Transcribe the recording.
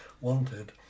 wanted